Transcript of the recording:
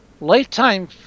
Lifetime